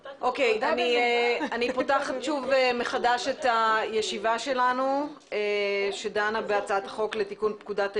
אני פותחת שוב את הישיבה שלנו שדנה בהצעת החוק לתיקון פקודת העיריות.